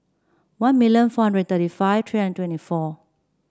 one million four hundred thirty five three hundred twenty four